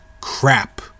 Crap